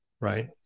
right